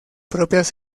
propias